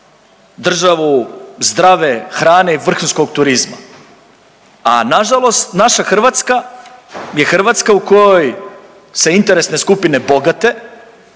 državu zdrave hrane i vrhunskog turizma, a nažalost naša Hrvatska je Hrvatska u kojoj se interesne skupine bogate